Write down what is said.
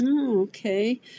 Okay